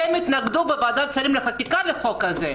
שהם התנגדו בוועדת השרים לחוק הזה.